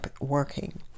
working